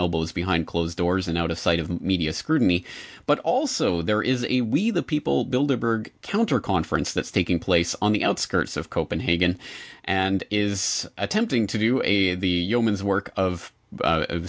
elbows behind closed doors and out of sight of the media scrutiny but also there is a we the people build a burg counter conference that's taking place on the outskirts of copenhagen and is attempting to do a v yeoman's work of